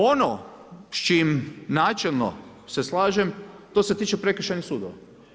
Ono s čime načelno se slažem, to se tiče prekršajnih sudova.